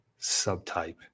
subtype